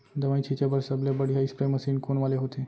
दवई छिंचे बर सबले बढ़िया स्प्रे मशीन कोन वाले होथे?